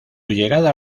llegada